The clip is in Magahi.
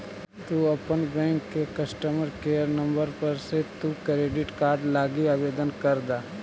तु अपन बैंक के कस्टमर केयर नंबर पर से तु क्रेडिट कार्ड लागी आवेदन कर द